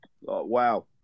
wow